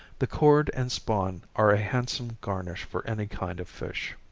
the chord and spawn are a handsome garnish for any kind of fish.